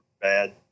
bad